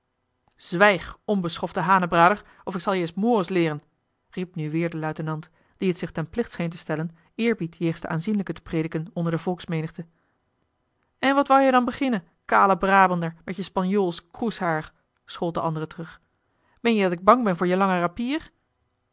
zwijg onbeschofte hanenbrander of ik zal je mores leeren riep nu weêr de luitenant die het zich ten plicht scheen te stellen eerbied jegens de aanzienlijken te prediken onder de volksmenigte en wat wou jij dan beginnen kale brabander met je spanjools kroeshaar schold de andere terug meen je dat ik bang ben voor je lange rapier